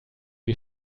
wie